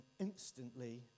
instantly